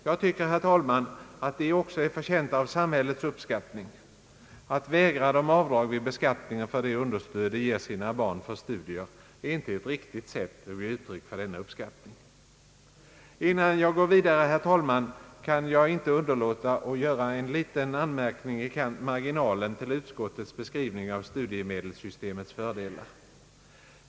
Jag tycker, herr talman, att de också är förtjänta av samhällets uppskattning. Att vägra dem avdrag vid beskattningen för de understöd de ger sina barn för studier är inte ett riktigt sätt att ge utiryck för denna uppskattning. Innan jag går vidare, herr talman, kan jag inte underlåta att göra en liten anmärkning i marginalen till utskottets beskrivning av studiemedelssystemets fördelar.